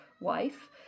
wife